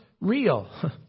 real